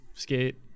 skate